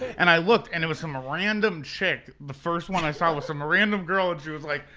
and i looked, and it was some ah random chick the first one i saw was some ah random girl and she was like,